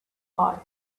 bike